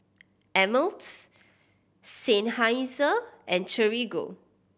Ameltz Seinheiser and Torigo